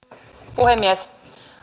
puhemies